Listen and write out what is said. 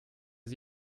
sie